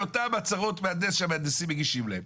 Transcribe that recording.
על אותן הצהרות מהנדס שהמהנדסים מגישים להם.